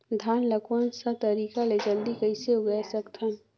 धान ला कोन सा तरीका ले जल्दी कइसे उगाय सकथन?